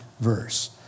verse